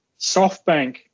SoftBank